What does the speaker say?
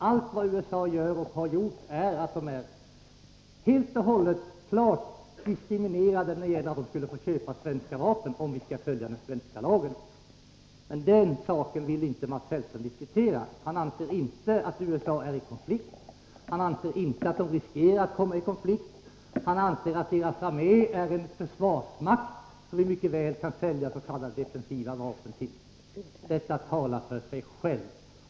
Allt vad USA gör och har gjort innebär att USA är klart diskriminerat när det gäller att få köpa svenska vapen — om vi skall följa svensk lag. Men den saken vill inte Mats Hellström diskutera. Han anser inte att USA är i konflikt. Han anser inte att landet riskerar att komma i konflikt. Han anser att USA:s armé är en försvarsmakt, som Sverige mycket väl kan sälja s.k. defensiva vapen till. Allt detta talar för sig självt.